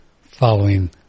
following